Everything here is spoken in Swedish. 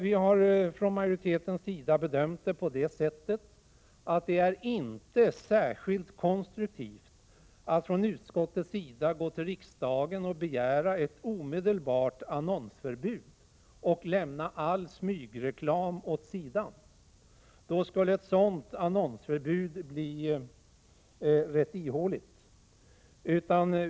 Vi har från majoritetens sida bedömt att det inte är särskilt konstruktivt att utskottet av riksdagen begär ett omedelbart annonsförbud och lämnar all smygreklam åt sidan. Då skulle ett sådant annonsförbud bli tämligen ihåligt.